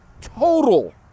total